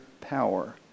power